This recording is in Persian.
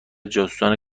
جاسوسان